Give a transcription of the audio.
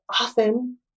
often